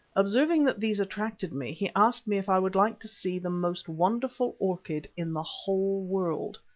observing that these attracted me, he asked me if i would like to see the most wonderful orchid in the whole world.